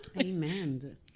amen